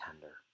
tender